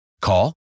Call